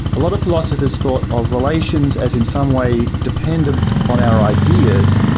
a lot of philosophers thought of relations as in some way dependent on our ideas,